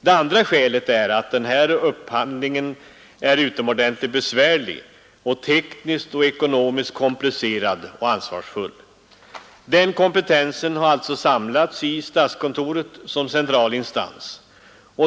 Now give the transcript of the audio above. Det andra skälet är att den här upphandlingen är utomordentligt besvärlig samt tekniskt och ekonomiskt komplicerad och ansvarsfull. Den kompetensen har alltså samlats till statskontoret som central instans.